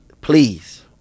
Please